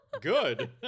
Good